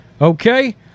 Okay